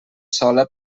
sola